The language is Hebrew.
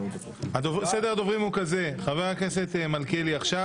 סדר הדוברים הוא כזה: חבר הכנסת מלכיאלי עכשיו.